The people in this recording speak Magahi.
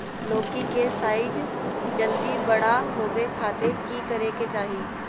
लौकी के साइज जल्दी बड़ा होबे खातिर की करे के चाही?